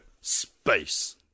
space